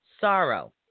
sorrow